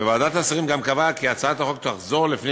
ועדת השרים גם קבעה כי הצעת החוק תחזור לפני